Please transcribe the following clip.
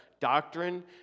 doctrine